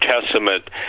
Testament